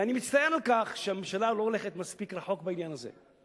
ואני מצטער על כך שהממשלה לא הולכת מספיק רחוק בעניין הזה.